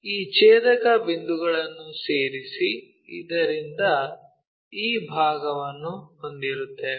ಆದ್ದರಿಂದ ಈ ಛೇದಕ ಬಿಂದುಗಳನ್ನು ಸೇರಿಸಿ ಇದರಿಂದ ಈ ಭಾಗವನ್ನು ಹೊಂದಿರುತ್ತೇವೆ